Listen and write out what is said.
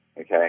Okay